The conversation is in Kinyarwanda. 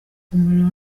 umuriro